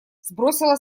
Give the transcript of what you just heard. сбросила